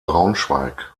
braunschweig